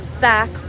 back